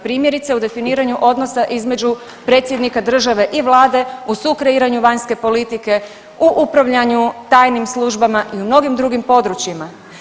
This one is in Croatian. Primjerice u definiraju odnosa između predsjednika države i vlade, u sukreiranju vanjske politike, u upravljanju tajnim službama i u mnogim drugim područjima.